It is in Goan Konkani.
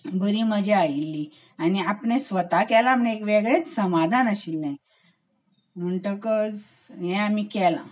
बरी मजा आयिल्ली आनी आपणें स्वता केला म्हण एक वेगळेंच समाधान आशिल्लें म्हणटकच हें आमी केलां